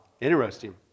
interesting